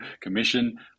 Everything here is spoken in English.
Commission